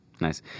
Nice